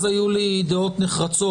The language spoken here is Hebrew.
אז היו לי דעות נחרצות,